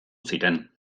ziren